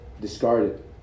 discarded